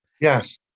Yes